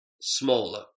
smaller